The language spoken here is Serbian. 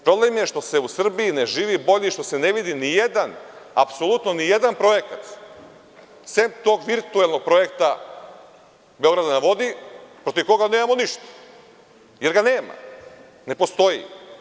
Problem je što se u Srbiji ne živi bolje i što se ne vidi ni jedan, apsolutno nijedan projekat, sem tog virtuelnog projekta „Beograd na vodi“, protiv koga nemamo ništa, jer ga nema, ne postoji.